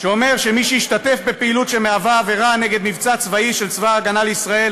שמי שהשתתף בפעילות שמהווה עבירה נגד מבצע צבאי של צבא ההגנה לישראל